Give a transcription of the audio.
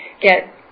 get